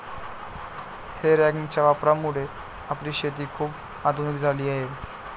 हे रॅकच्या वापरामुळे आपली शेती खूप आधुनिक झाली आहे